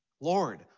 Lord